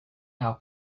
our